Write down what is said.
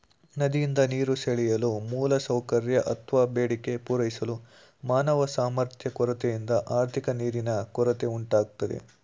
ನದಿಯಿಂದ ನೀರು ಸೆಳೆಯಲು ಮೂಲಸೌಕರ್ಯ ಅತ್ವ ಬೇಡಿಕೆ ಪೂರೈಸಲು ಮಾನವ ಸಾಮರ್ಥ್ಯ ಕೊರತೆಯಿಂದ ಆರ್ಥಿಕ ನೀರಿನ ಕೊರತೆ ಉಂಟಾಗ್ತದೆ